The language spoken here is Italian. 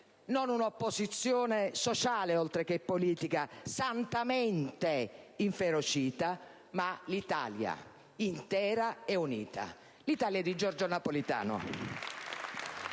non un'opposizione sociale oltre che politica, santamente inferocita, ma l'Italia intera e unita: l'Italia di Giorgio Napolitano.